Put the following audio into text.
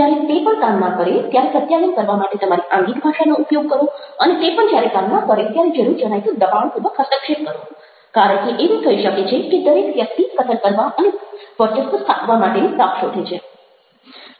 જ્યારે તે પણ કામ ના કરે ત્યારે પ્રત્યાયન કરવા માટે તમારી આંગિક ભાષાનો ઉપયોગ કરો અને તે પણ જ્યારે કામ ના કરે ત્યારે જરૂર જણાય તો દબાણપૂર્વક હસ્તક્ષેપ કરો કારણ કે એવું થઈ શકે છે કે દરેક વ્યક્તિ કથન કરવા અને વર્ચસ્વ સ્થાપવા માટેની તક શોધે છે